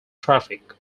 traffic